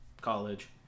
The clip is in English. college